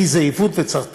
כי זה עיוות וצריך לתקן.